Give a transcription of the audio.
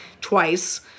twice